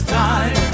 time